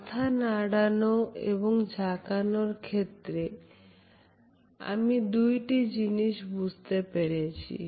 মাথা নাড়ানো এবং ঝাঁকানোর ক্ষেত্রে আমি দুইটি জিনিস বুঝতে পেরেছি